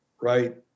right